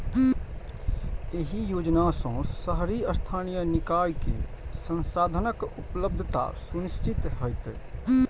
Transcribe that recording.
एहि योजना सं शहरी स्थानीय निकाय कें संसाधनक उपलब्धता सुनिश्चित हेतै